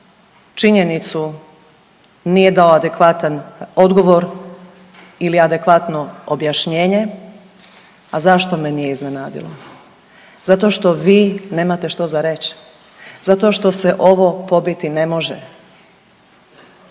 činjenicu nije dao adekvatan odgovor ili adekvatno objašnjenje. A zašto me nije iznenadilo? Zato što vi nemate što za reći. Zato što se ovo pobiti ne može.